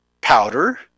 powder